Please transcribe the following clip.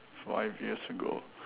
five years ago